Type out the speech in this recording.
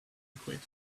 equator